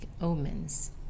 omens